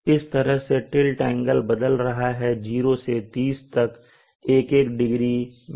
इस तरह से टिल्ट एंगल बदल रहा है 0 से 30 तक एक एक डिग्री में